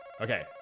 Okay